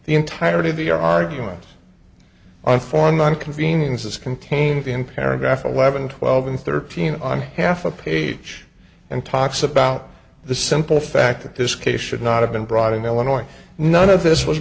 the entirety of your arguments on foreign one convenience is contained in paragraph eleven twelve and thirteen on half a page and talks about the simple fact that this case should not have been brought in illinois none of this was